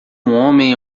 homem